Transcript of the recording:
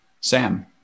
Sam